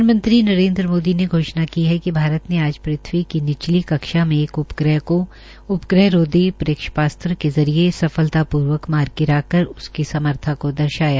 प्रधानमंत्री नरेन्द्र मोदी ने घोषणा की है कि है भारत ने आज पृथ्वी की निचली कक्षा में एक उपग्रह को उपग्रहरोधी प्रक्षेपात के जरिये सफलतापूर्वक मार गिराया